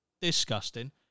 disgusting